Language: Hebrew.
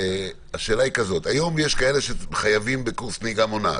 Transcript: היא כזאת: היום יש כאלה שחייבים בקורס נהיגה מונעת,